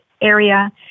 area